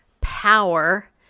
power